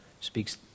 speaks